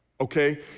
okay